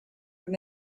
from